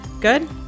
Good